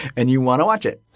and you want to watch it.